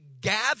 gather